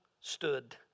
stood